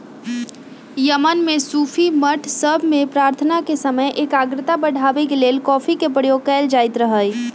Yemen में सूफी मठ सभ में प्रार्थना के समय एकाग्रता बढ़ाबे के लेल कॉफी के प्रयोग कएल जाइत रहै